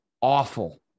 awful